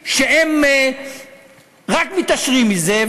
מי שרק מתעשרים מזה,